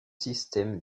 systèmes